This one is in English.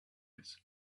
with